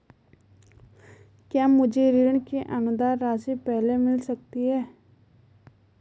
क्या मुझे ऋण की अनुदान राशि पहले मिल सकती है?